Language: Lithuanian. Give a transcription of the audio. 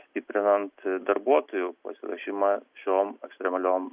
stiprinant darbuotojų pasiruošimą šiom ekstremaliom